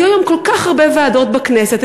היו היום כל כך הרבה ועדות בכנסת,